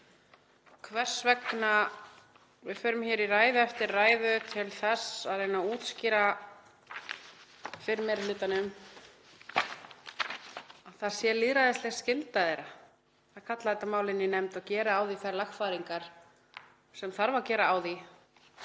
hvers vegna við förum hér í ræðu eftir ræðu til þess að reyna að útskýra fyrir meiri hlutanum að það sé lýðræðisleg skylda hans að kalla þetta mál inn í nefnd og gera á því þær lagfæringar sem þarf að gera til